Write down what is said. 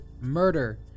murder